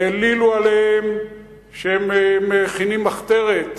העלילו עליהם שהם מכינים מחתרת,